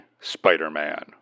Spider-Man